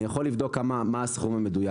אני יכול לבדוק מה הסכום המדויק.